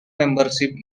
membership